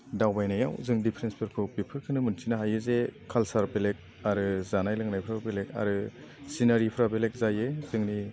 दावबायनायाव जों डिफारेन्सफोरखौ बेफोरखौनो मोन्थिनो हायो जे कालचार बेलेग आरो जानाय लोंनायफ्राबो बेलेग आरो सिनारिफ्रा बेलेग जायो जोंनि